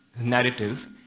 narrative